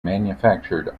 manufactured